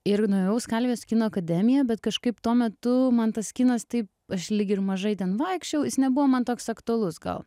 ir nuėjau į skalvijos kino akademiją bet kažkaip tuo metu man tas kinas taip aš lyg ir mažai ten vaikščiojau jis nebuvo man toks aktualus gal